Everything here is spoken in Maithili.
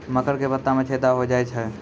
मकर के पत्ता मां छेदा हो जाए छै?